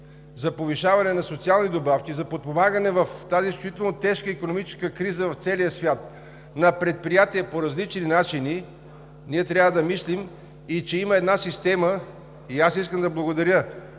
за повишаване на социални добавки, за подпомагане в тази изключително тежка икономическа криза в целия свят на предприятия по различни начини, трябва да мислим и че има една система. Искам да благодаря